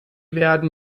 werden